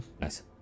Nice